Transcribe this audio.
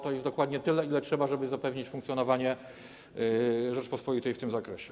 To jest dokładnie tyle, ile trzeba, żeby zapewnić funkcjonowanie Rzeczypospolitej w tym zakresie.